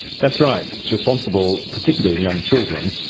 that's right. it's responsible, particularly in young children,